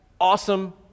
awesome